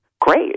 great